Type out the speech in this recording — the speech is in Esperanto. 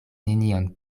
nenion